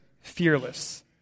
fearless